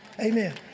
Amen